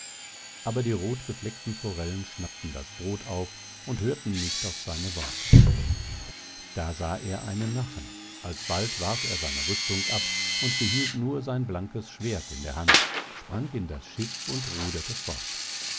aber die rothgefleckten forellen schnappten das brot auf und hörten nicht auf seine worte da sah er einen nachen alsbald warf er seine rüstung ab und behielt nur sein blankes schwert in der hand sprang in das schiff und ruderte fort